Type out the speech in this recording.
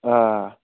آ